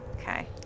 Okay